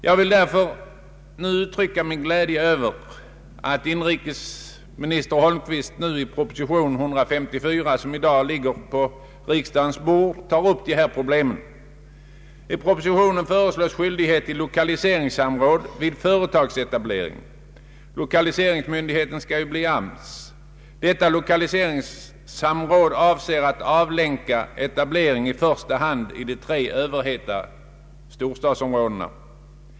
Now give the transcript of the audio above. Jag vill därför uttrycka min glädje över att inrikesminister Holmqvist i proposition nr 134 som i dag ligger på riksdagens bord tar upp dessa problem. I propositionen föreslås skyldighet till lokaliseringssamråd vid företagsetablering. Lokaliseringsmyndighet skall ju bli arbetsmarknadsstyrelsen. Detta lokaliseringssamråd avser att avlänka etablering i första hand i de tre överheta storstadsområdena.